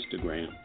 Instagram